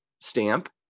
stamp